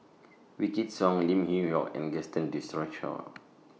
Wykidd Song Lim Yew Hock and Gaston Dutronquoy